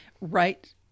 Right